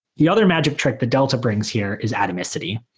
the other magic trick that delta brings here is atomicity.